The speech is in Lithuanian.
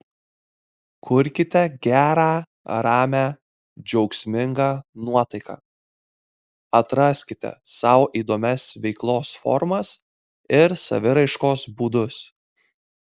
kurkite gerą ramią džiaugsmingą nuotaiką atraskite sau įdomias veiklos formas ir saviraiškos būdus